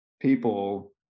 people